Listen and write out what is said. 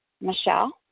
Michelle